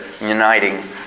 uniting